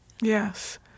yes